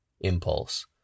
impulse